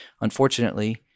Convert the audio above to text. unfortunately